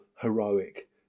heroic